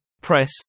press